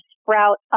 sprout